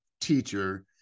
teacher